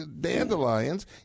dandelions